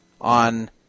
on